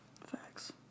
Facts